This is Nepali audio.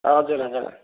हजुर हजर